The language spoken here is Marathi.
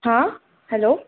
हां हॅलो